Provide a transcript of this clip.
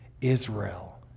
Israel